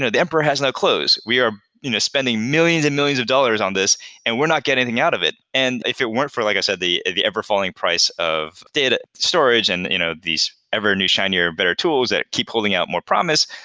the emperor has no clothes. we are you know spending millions and millions of dollars on this and we're not getting anything out of it. and if it weren't for, like i said, the the ever falling price of data storage and you know these ever new, shinier, better tools that keep pulling out more promise,